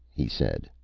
he said.